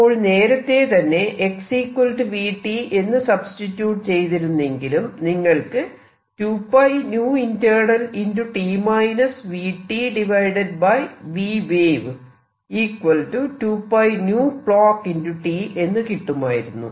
അപ്പോൾ നേരത്തെ തന്നെ x vt എന്ന് സബ്സ്റ്റിട്യൂട് ചെയ്തിരുന്നെങ്കിലും നിങ്ങൾക്ക് എന്ന് കിട്ടുമായിരുന്നു